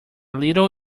little